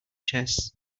chess